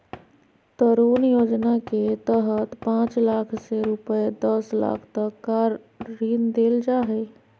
तरुण योजना के तहत पांच लाख से रूपये दस लाख तक का ऋण देल जा हइ